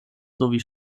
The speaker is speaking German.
sowie